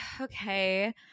okay